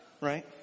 Right